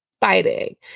fighting